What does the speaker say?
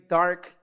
dark